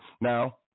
Now